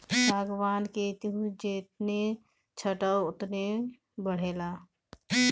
सागवान के तू जेतने छठबअ उ ओतने बढ़ेला